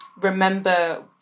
remember